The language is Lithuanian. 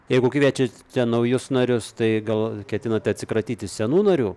jeigu kviečiate naujus narius tai gal ketinate atsikratyti senų narių